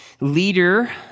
leader